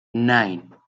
nine